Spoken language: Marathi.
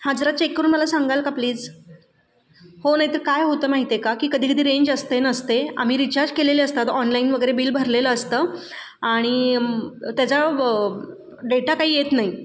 हा जरा चेक करून मला सांगाल का प्लीज हो नाही तर काय होतं माहिती आहे का की कधी कधी रेंज असते नसते आम्ही रिचार्ज केलेले असतात ऑनलाईन वगैरे बिल भरलेलं असतं आणि त्याचा डेटा काही येत नाही